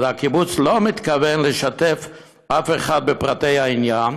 הקיבוץ לא מתכוון לשתף אף אחד בפרטי העניין.